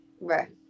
Right